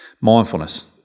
Mindfulness